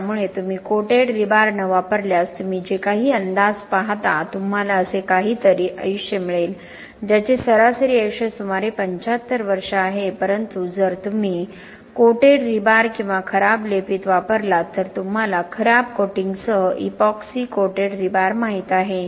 त्यामुळे तुम्ही coated rebar न वापरल्यास तुम्ही जे काही अंदाज पाहता तुम्हाला असे काहीतरी आयुष्य मिळेल ज्याचे सरासरी आयुष्य सुमारे 75 वर्षे आहे परंतु जर तुम्ही कोटेड रीबार किंवा खराब लेपित वापरलात तर तुम्हाला खराब कोटिंगसह इपॉक्सी कोटेड रीबार माहित आहे